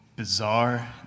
Bizarre